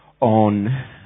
on